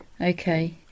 Okay